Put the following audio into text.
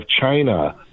China